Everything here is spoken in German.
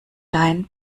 dein